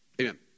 amen